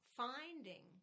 finding